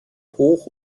hoch